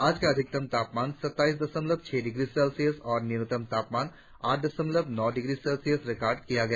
आज का अधिकतम तापमान सत्ताईस दशमलव छह डिग्री सेल्सियस और न्यूनतम तापमान आठ दशमलव नौ डिग्री सेल्सियस रिकार्ड किया गया